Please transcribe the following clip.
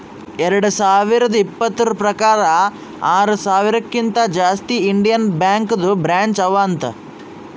ಎರಡು ಸಾವಿರದ ಇಪ್ಪತುರ್ ಪ್ರಕಾರ್ ಆರ ಸಾವಿರಕಿಂತಾ ಜಾಸ್ತಿ ಇಂಡಿಯನ್ ಬ್ಯಾಂಕ್ದು ಬ್ರ್ಯಾಂಚ್ ಅವಾ ಅಂತ್